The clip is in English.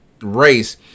race